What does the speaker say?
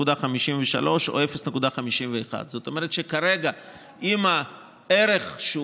0.53 או 0.51. זאת אומרת שאם הערך שהוא